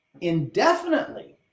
indefinitely